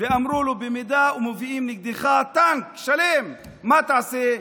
אמרו לו: ואם מביאים נגדך טנק שלם, מה תעשה?